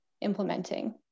implementing